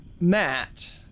Matt